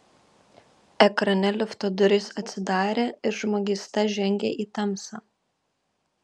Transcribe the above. ekrane lifto durys atsidarė ir žmogysta žengė į tamsą